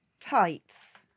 tights